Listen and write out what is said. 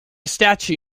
statue